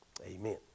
Amen